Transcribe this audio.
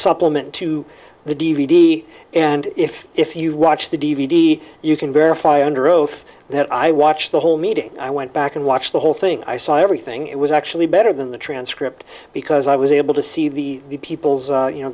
supplement to the d v d and if if you watch the d v d you can verify under oath that i watched the whole meeting i went back and watched the whole thing i saw everything it was actually better than the transcript because i was able to see the people's you know